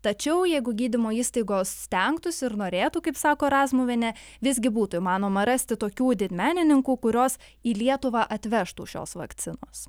tačiau jeigu gydymo įstaigos stengtųsi ir norėtų kaip sako razmuvienė visgi būtų įmanoma rasti tokių didmenininkų kurios į lietuvą atvežtų šios vakcinos